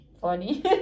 funny